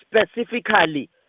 Specifically